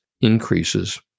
increases